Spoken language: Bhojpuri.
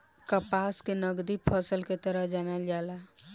कपास के नगदी फसल के तरह जानल जाला